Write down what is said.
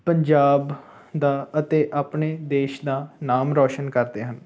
ਪੰਜਾਬ ਦਾ ਅਤੇ ਆਪਣੇ ਦੇਸ਼ ਦਾ ਨਾਮ ਰੌਸ਼ਨ ਕਰਦੇ ਹਨ